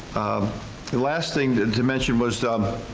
the last thing to and to mention was